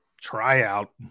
tryout